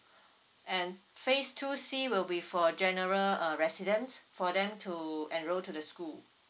and phase two C will be for general uh residence for them to enroll to the school